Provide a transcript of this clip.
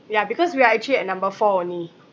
ya because we are actually at number four only